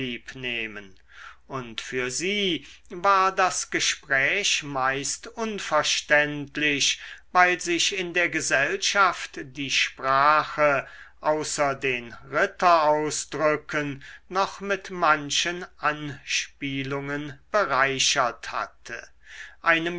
nehmen und für sie war das gespräch meist unverständlich weil sich in der gesellschaft die sprache außer den ritterausdrücken noch mit manchen anspielungen bereichert hatte einem